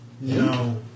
No